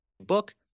book